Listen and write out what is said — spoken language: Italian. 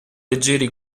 leggeri